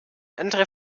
andere